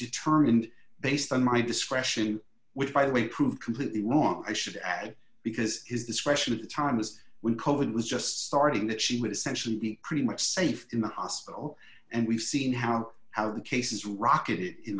determined based on my discretion which by the way proved completely wrong i should add because his discretion at the time as we call it was just starting that she would essentially be pretty much safe in the hospital and we've seen how how the cases rockit i